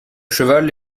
cheval